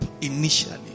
initially